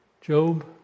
Job